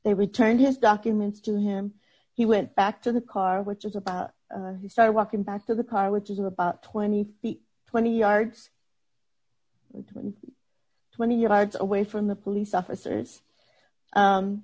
they returned his documents to him he went back to the car which was about he started walking back to the car which is about twenty feet twenty yards and twenty yards away from the police officers